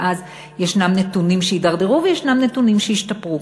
מאז יש נתונים שהתדרדרו ויש נתונים שהשתפרו,